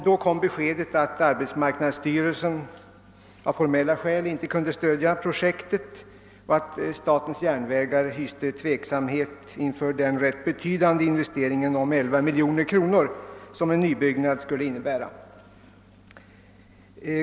Då kom beskedet = att arbetsmarknadsstyrelsen av formella skäl inte kunde stödja projektet och att statens järnvägar hyste tveksamhet inför den rätt betydande investeringen om 11 miljoner kronor som en nybyggnad skulle innebära.